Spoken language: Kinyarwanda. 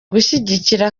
gushyigikira